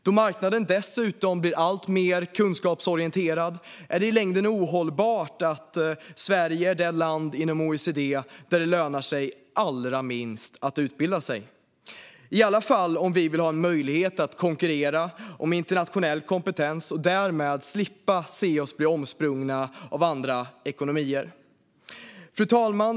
Då marknaden dessutom blir alltmer kunskapsorienterad är det i längden ohållbart att Sverige är det land inom OECD där det lönar sig allra minst att utbilda sig - i alla fall om vi vill ha en möjlighet att konkurrera om internationell kompetens och därmed slippa se oss bli omsprungna av andra ekonomier. Fru talman!